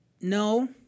No